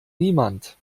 niemand